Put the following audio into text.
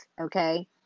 okay